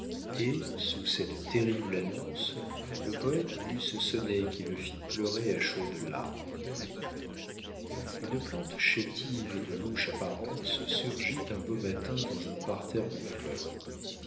et sous cette terrible annonce le poète lut ce sonnet qui le fit pleurer à chaudes larmes une plante chétive et de louche apparence surgit un beau matin dans un parterre en fleurs